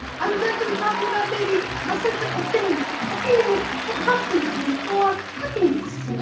i was actually talking about maybe a sense of fulfillment, a feeling of accomplishment or happiness.